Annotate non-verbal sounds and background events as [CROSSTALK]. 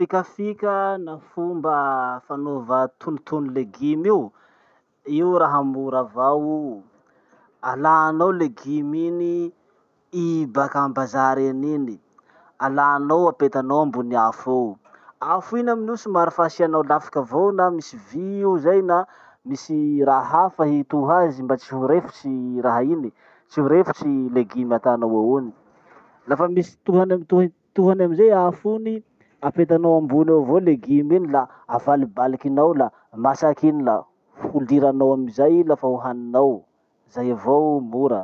[NOISE] Fikafika na fomba fanova tonotono legume io, io raha mora avao o. Alanao legume iny, i baka ambazary eny iny, alanao apetanao ambony afo eo; afo iny aminio somary fa nahinay lafiky avao na misy vy eo zay na misy raha hafa mitoha azy mba tsy hirefotsy leguma ataonao eo iny. Lafa misy toha- toh- tohany amizay afo iny, apetanao ambony eo avao legume iny la avalibaliky nao la masaky iny la holiranao amizay i lafa ho haninao. Zay avo mora.